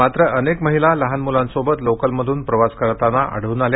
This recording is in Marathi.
मात्र अनेक महिला लहान मुलांसोबत लोकलमधून प्रवास करताना आढळून आल्या